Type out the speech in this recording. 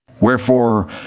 Wherefore